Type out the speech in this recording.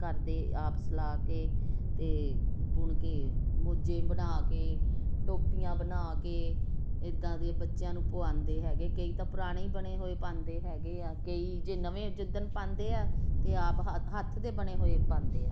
ਘਰ ਦੇ ਆਪ ਸੁਲਾ ਕੇ ਅਤੇ ਬੁਣ ਕੇ ਮੋਜੇ ਬਣਾ ਕੇ ਟੋਪੀਆਂ ਬਣਾ ਕੇ ਇੱਦਾਂ ਦੇ ਬੱਚਿਆੰ ਨੂੰ ਪਵਾਉਂਦੇ ਹੈਗੇ ਕਈ ਤਾਂ ਪੁਰਾਣੇ ਹੀ ਬਣੇ ਹੋਏ ਪਾਉਂਦੇ ਹੈਗੇ ਆ ਕਈ ਜੇ ਨਵੇਂ ਜਿੱਦਣ ਪਾਉਂਦੇ ਆ ਤੇ ਆਪ ਹਾ ਹੱਥ ਦੇ ਬਣੇ ਹੋਏ ਪਾਉਂਦੇ ਆ